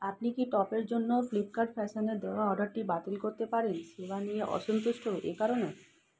আপনি কি টপের জন্য ফ্লিপকার্ট ফ্যাশনের দেওয়া অর্ডারটি বাতিল করতে পারেন সেবা নিয়ে অসন্তুষ্ট এ কারণে